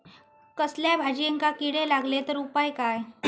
कसल्याय भाजायेंका किडे लागले तर उपाय काय?